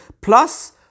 plus